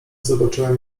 zobaczyłem